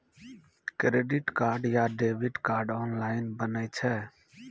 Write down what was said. Credit card या debit card online बनै छै?